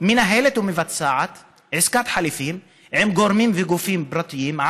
מנהלת ומבצעת עסקת חליפין עם גורמים וגופים פרטיים,